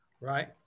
Right